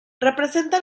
representa